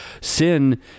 Sin